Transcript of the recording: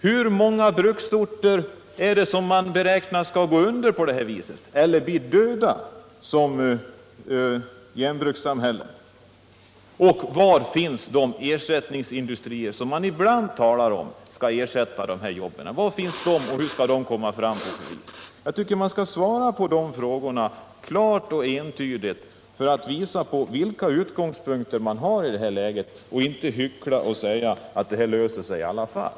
Hur många orter kommer att bli döda som järnbrukssamhällen? Och var finns de ersättningsindustrier som man ibland talar om skall ge andra jobb? Hur skall de komma fram? Jag tycker att man skall svara klart och entydigt på de här frågorna för att visa vilka utgångspunkter man har i det här läget och inte hyckla och säga att problemen löser sig i alla fall.